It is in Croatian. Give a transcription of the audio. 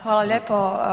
Hvala lijepo.